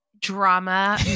drama